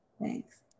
Thanks